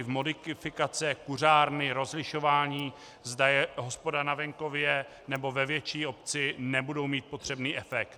Jakékoliv modifikace, kuřárny, rozlišování, zda je hospoda na venkově, nebo ve větší obci, nebudou mít potřebný efekt.